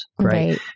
Right